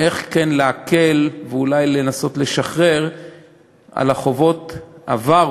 כן להקל ואולי לנסות לשחרר מחובות עבר